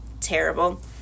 terrible